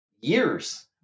years